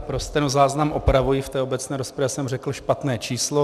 Pro stenozáznam opravuji v obecné rozpravě jsem řekl špatné číslo.